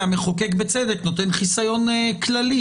כי המחוקק בצדק נותן חיסיון כללי